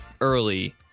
early